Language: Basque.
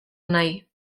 nahi